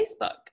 Facebook